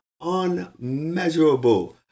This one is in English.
unmeasurable